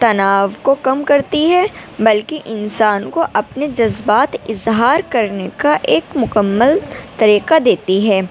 تناؤ کو کم کرتی ہے بلکہ انسان کو اپنے جذبات اظہار کرنے کا ایک مکمل طریقہ دیتی ہے